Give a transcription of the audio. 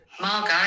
Margot